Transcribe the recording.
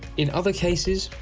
in other cases,